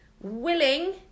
willing